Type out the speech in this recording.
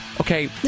Okay